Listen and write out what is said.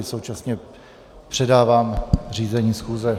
Současně předávám řízení schůze.